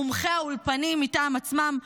מומחי האולפנים מטעם עצמם,